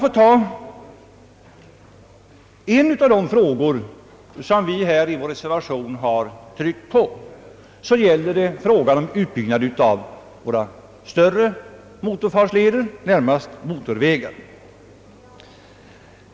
En av de frågor som vi i vår reservation har tagit upp gäller utbyggnaden av våra större trafikleder, närmast motorvägarna.